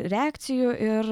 reakcijų ir